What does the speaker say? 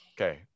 Okay